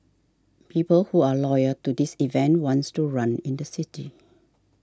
people who are loyal to this event wants to run in the city